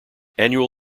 annual